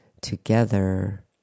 together